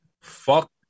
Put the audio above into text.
Fuck